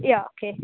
या ओके